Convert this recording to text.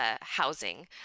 housing